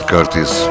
Curtis